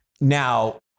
now